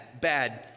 bad